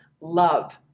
love